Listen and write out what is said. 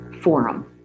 forum